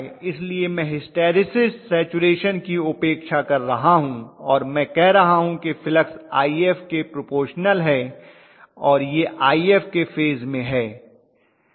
इसलिए मैं hysteresis saturation की उपेक्षा कर रहा हूं और मैं कह रहा हूं कि फ्लक्स If के प्रोपोरशनल है और यह If के फेज में है